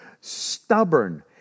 stubborn